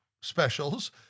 specials